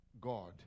God